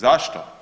Zašto?